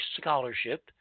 scholarship